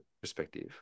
perspective